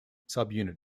subunit